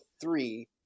three